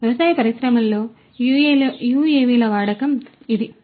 కాబట్టి వ్యవసాయ పరిశ్రమలలో యుఎవిల వాడకం ఇది